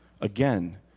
Again